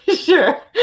Sure